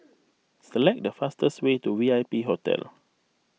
select the fastest way to V I P Hotel